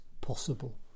possible